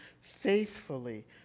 faithfully